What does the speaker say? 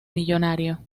millonario